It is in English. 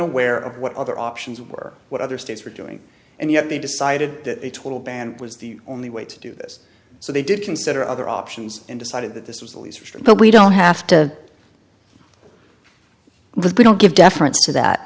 aware of what other options were what other states were doing and yet they decided that a total ban was the only way to do this so they did consider other options and decided that this was the least sure but we don't have to because we don't give deference to that